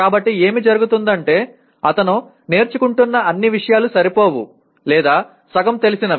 కాబట్టి ఏమి జరుగుతుందంటే అతను నేర్చుకుంటున్న అన్ని విషయాలు సరిపోవు లేదా సగం తెలిసినవి